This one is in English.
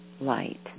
light